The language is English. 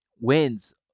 wins